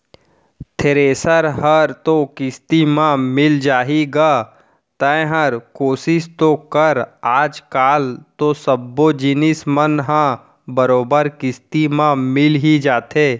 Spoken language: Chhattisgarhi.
थेरेसर हर तो किस्ती म मिल जाही गा तैंहर कोसिस तो कर आज कल तो सब्बो जिनिस मन ह बरोबर किस्ती म मिल ही जाथे